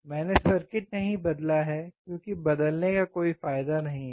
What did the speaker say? मैंने सर्किट नहीं बदला है क्योंकि बदलने का कोई फायदा नहीं है